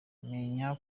menya